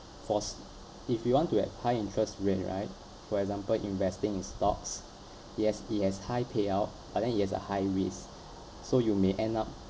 for s~ if you want to have high interest rate right for example investing in stocks it has it has high payout but then it has a high risk so you may end up